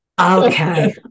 Okay